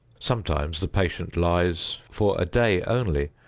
sometimes the patient lies, for a day only,